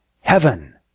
Heaven